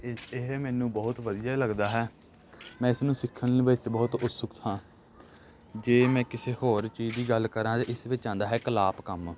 ਇਹ ਇਹ ਮੈਨੂੰ ਬਹੁਤ ਵਧੀਆ ਲੱਗਦਾ ਹੈ ਮੈਂ ਇਸਨੂੰ ਸਿੱਖਣ ਲ ਵਿੱਚ ਬਹੁਤ ਉਤਸੁਕ ਹਾਂ ਜੇ ਮੈਂ ਕਿਸੇ ਹੋਰ ਚੀਜ਼ ਦੀ ਗੱਲ ਕਰਾਂ ਤਾਂ ਇਸ ਵਿੱਚ ਆਉਂਦਾ ਹੈ ਕਲਾਪ ਕੰਮ